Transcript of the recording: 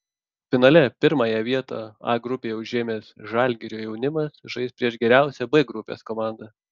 finale pirmąją vietą a grupėje užėmęs žalgirio jaunimas žais prieš geriausią b grupės komandą